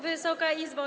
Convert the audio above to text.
Wysoka Izbo!